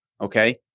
Okay